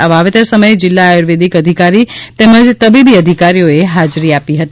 આ વાવેતર સમયે જિલ્લા આર્યુંવેદિક અધિકારી તેમજ તબીબી અધિકારીઓએ હાજરી આપી હતી